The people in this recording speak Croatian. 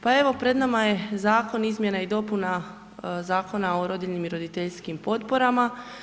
Pa evo, pred nama je Zakon izmjena i dopuna Zakona o rodiljnim i roditeljskih potporama.